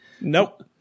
Nope